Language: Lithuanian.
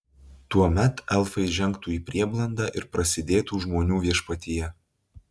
tuomet elfai žengtų į prieblandą ir prasidėtų žmonių viešpatija